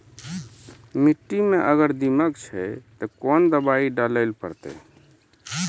मिट्टी मे अगर दीमक छै ते कोंन दवाई डाले ले परतय?